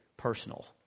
personal